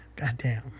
Goddamn